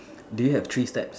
do you have three steps